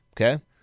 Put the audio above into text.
okay